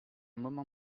moment